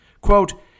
Quote